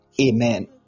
Amen